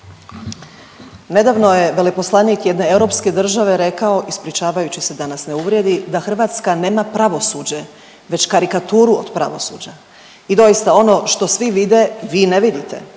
Nedavno je veleposlanik jedne europske države rekao ispričavajući se da nas ne uvrijedi da Hrvatska nema pravosuđe već karikaturu od pravosuđa. I doista, ono što svi vide vi ne vidite.